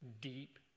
deep